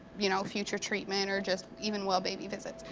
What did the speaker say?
you know, future treatment, or just even well baby visits.